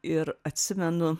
ir atsimenu